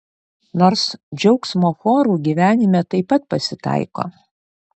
nors džiaugsmo chorų gyvenime taip pat pasitaiko